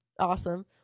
Awesome